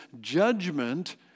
judgment